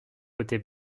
côté